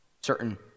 certain